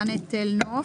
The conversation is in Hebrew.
מחנה תל נוף.